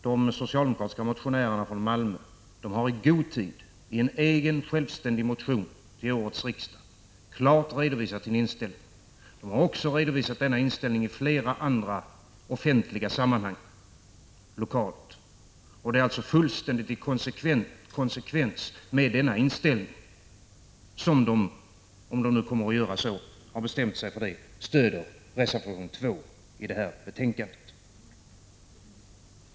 De socialdemokratiska motionärerna från Malmö har i god tid i en egen, självständig motion till årets riksdag klart redovisat sin inställning. De har också redovisat denna inställning i flera andra offentliga sammanhang lokalt. 57 Det är också fullt i konsekvens med denna inställning som de, om de nu har bestämt sig för det, stöder reservation 2 i detta betänkande.